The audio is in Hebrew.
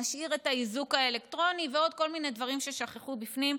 נשאיר את האיזוק האלקטרוני ועוד כל מיני דברים ששכחו בפנים.